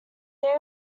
they